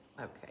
okay